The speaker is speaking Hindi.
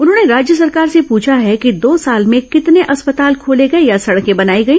उन्होंने राज्य सरकार से पूछा है कि दो साल में कितने अस्पताल खोले गए या सड़कें बनाई गई